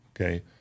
Okay